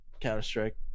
Counter-Strike